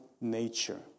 nature